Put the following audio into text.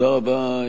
תודה רבה,